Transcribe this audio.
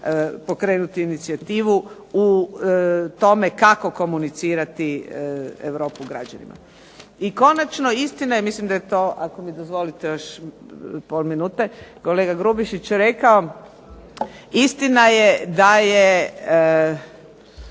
pokrenuti inicijativu u tome kako komunicirati Europu građanima. I konačno istina je mislim da je to, ako mi dozvolite još pola minuta, kolega Grubišić rekao, istina je da se